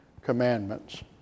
commandments